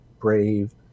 brave